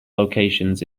locations